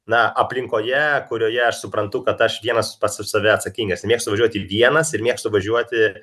na aplinkoje kurioje aš suprantu kad aš vienas pats už save atsakingas mėgstu važiuoti vienas ir mėgstu važiuoti